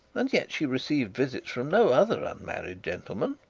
and yet she received visits from no other unmarried gentleman.